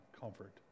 comfort